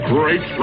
Great